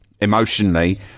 emotionally